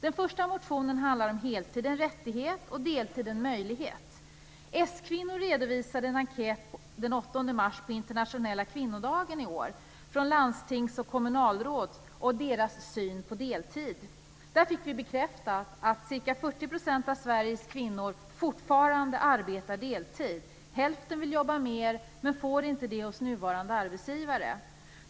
Den första motionen handlar om heltid - en rättighet och deltid - en möjlighet. S-kvinnor redovisade en enkät den 8 mars, på Internationella kvinnodagen i år, från landstings och kommunalråd och deras syn på deltid. Där fick vi bekräftat att ca 40 % av Sveriges kvinnor fortfarande arbetar deltid. Hälften vill jobba mer men får inte det hos nuvarande arbetsgivare.